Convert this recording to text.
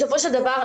בסופו של דבר,